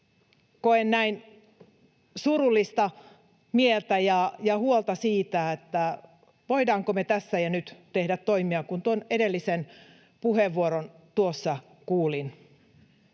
koen näin surullista mieltä ja huolta siitä, voidaanko me tässä ja nyt tehdä toimia, kun tuon edellisen puheenvuoron tuossa kuulin.